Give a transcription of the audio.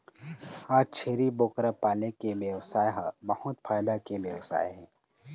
आज छेरी बोकरा पाले के बेवसाय ह बहुत फायदा के बेवसाय हे